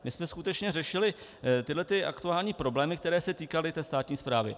My jsme skutečně řešili tyhle aktuální problémy, které se týkaly státní správy.